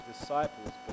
disciples